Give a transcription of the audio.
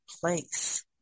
place